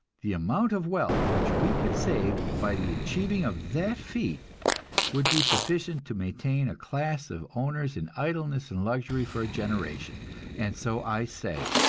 the amount of wealth which we could save by the achieving of that feat would be sufficient to maintain a class of owners in idleness and luxury for a generation and so i say,